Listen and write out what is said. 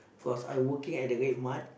cause I working at the Red Mart